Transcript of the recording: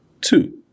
two